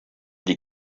des